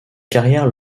carrière